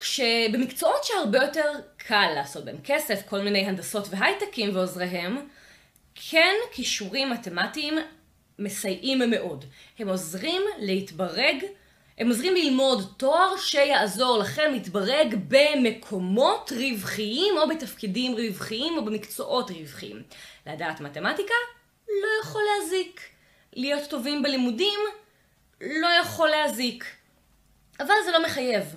כשבמקצועות שהרבה יותר קל לעשות, בהם כסף, כל מיני הנדסות והייטקים ועוזריהם כן, כישורים מתמטיים מסייעים מאוד הם עוזרים להתברג הם עוזרים ללמוד תואר שיעזור לכם להתברג במקומות רווחיים או בתפקידים רווחיים או במקצועות רווחיים לדעת מתמטיקה לא יכול להזיק להיות טובים בלימודים לא יכול להזיק אבל זה לא מחייב